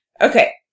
Okay